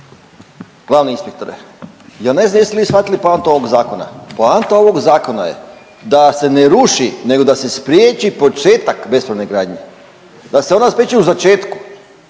glavni inspektore ja ne znam jeste li vi shvatili poantu ovog zakona? Poanta ovog zakona je da se ne ruši, nego da se spriječi početak bespravne gradnje, da se ona spriječi u začetku,